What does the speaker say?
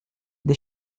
des